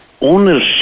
ownership